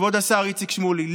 כבוד השר איציק שמולי,